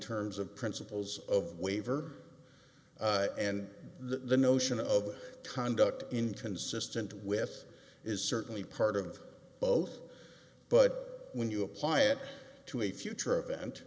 terms of principles of waiver and the notion of conduct inconsistent with is certainly part of both but when you apply it to a future event